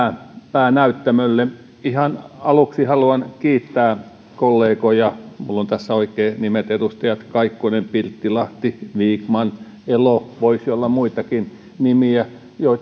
päänäyttämölle ihan aluksi haluan kiittää kollegoja minulla on tässä oikein nimet edustajat kaikkonen pirttilahti vikman elo voisi olla muitakin nimiä